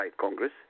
Congress